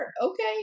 okay